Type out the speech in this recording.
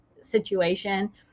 situation